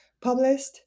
published